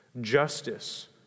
Justice